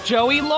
Joey